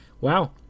wow